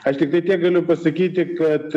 aš tiktai tiek galiu pasakyti kad